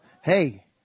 hey